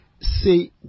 say